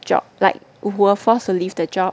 job like who were forced to leave the job